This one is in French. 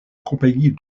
compagnie